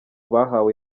bahawe